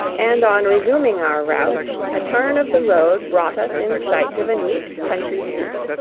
and on resuming our route, a turn of the road brought us in sight of a neat country seat.